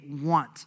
want